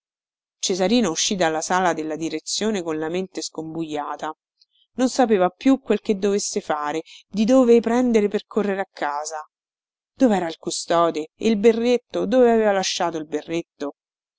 cesarino uscì dalla sala della direzione con la mente scombujata non sapeva più quel che dovesse fare di dove prendere per correre a casa dovera il custode e il berretto dove aveva lasciato il berretto